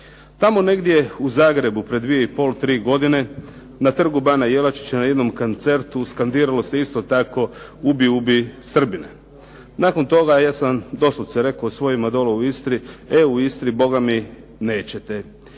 Tamo negdje u Zagrebu prije dvije i pol, tri godine na Trgu bana Jelačića na jednom koncertu skandiralo se isto tako "Ubij, ubij Srbina". Nakon toga ja sam doslovce rekao svojim dole u Istri e u Istri bogami nećete.